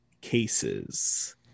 cases